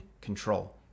control